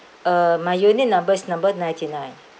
uh my unit number is number ninety nine